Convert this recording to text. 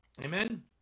Amen